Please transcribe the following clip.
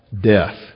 death